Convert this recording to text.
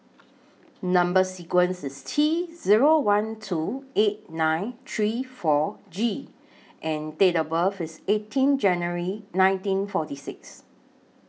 Number sequence IS T Zero one two eight nine three four G and Date of birth IS eighteen January nineteen forty six